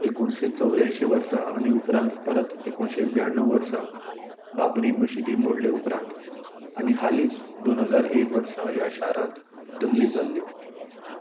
एकुणीशें चौरांयशीं वर्सा आनी उपरांत परत एकुणीशें ब्याण्णव वर्सा बाबरी मशिदी मोडले उपरांत आनी हालींच दोन हजार एक वर्सा ह्या शारात दंगली जाल्ल्यो